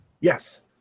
Yes